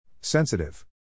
Sensitive